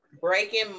breaking